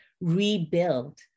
rebuild